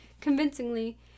convincingly